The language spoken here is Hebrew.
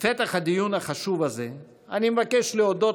בפתח הדיון החשוב הזה אני מבקש להודות